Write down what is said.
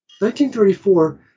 1934